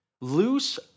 Loose